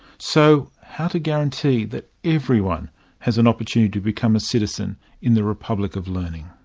so how to guarantee that everyone has an opportunity to become a citizen in the republic of learning?